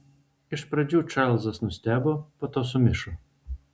iš pradžių čarlzas nustebo po to sumišo